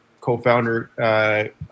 co-founder